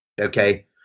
Okay